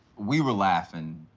we were laughing.